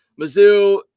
Mizzou